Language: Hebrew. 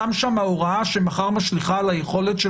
שם הוראה שמחר משליכה על היכולת של